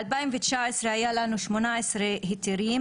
ב-2019 היה לנו 18 היתרים.